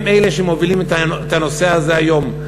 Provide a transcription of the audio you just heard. הם אלה שמובילים את הנושא הזה היום.